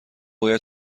باید